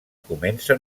comença